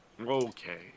Okay